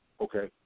okay